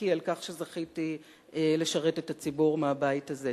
בחלקי על כך שזכיתי לשרת את הציבור מהבית הזה.